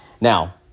Now